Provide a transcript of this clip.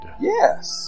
Yes